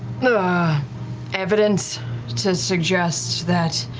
ah evidence to suggest that